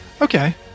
Okay